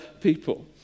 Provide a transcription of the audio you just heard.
people